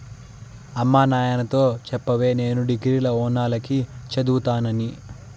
అమ్మ నాయనతో చెప్పవే నేను డిగ్రీల ఓనాల కి చదువుతానని